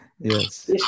yes